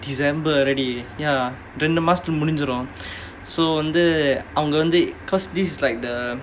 december already ya ரெண்டு மாசத்துல முடிஞ்சிடும்:rendu maasathula mudinjidum so வந்து அவங்க வந்து:vanthu avanga vanthu because this is like the